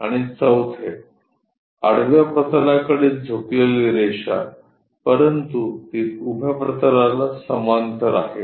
आणि चौथे आडव्या प्रतलाकडे झुकलेली रेषा परंतु ती उभ्या प्रतलाला समांतर आहे